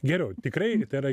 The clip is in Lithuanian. geriau tikrai tai yra